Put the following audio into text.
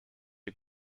you